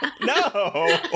No